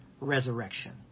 resurrection